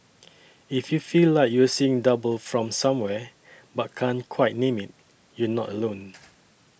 if you feel like you're seeing double from somewhere but can't quite name it you're not alone